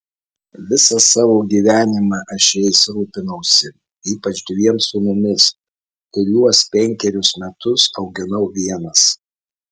visą savo gyvenimą aš jais rūpinausi ypač dviem sūnumis kuriuos penkerius metus auginau vienas